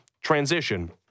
transition